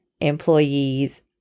employees